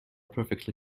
perfectly